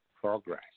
progress